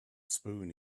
spoon